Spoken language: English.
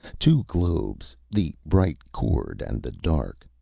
two globes, the bright-cored and the dark.